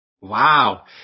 Wow